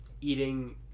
eating